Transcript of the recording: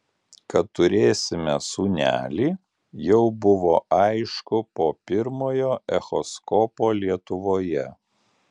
kad turėsime sūnelį jau buvo aišku po pirmojo echoskopo lietuvoje